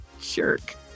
Jerk